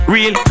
Real